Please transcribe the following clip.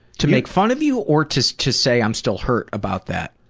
to make fun of you? or to to say, i'm still hurt about that?